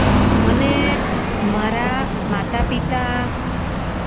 મને મારા માતા પિતા